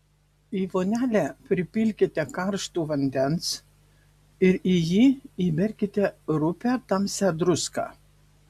į vonelę pripilkite karšto vandens ir į jį įberkite rupią tamsią druską